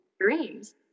dreams